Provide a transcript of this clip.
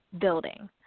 building